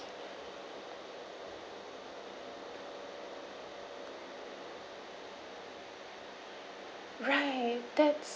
right that's